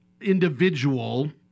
individual